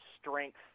strength